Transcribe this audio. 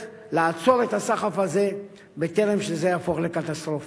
לעצור את הסחף הזה בטרם זה יהפוך לקטסטרופה.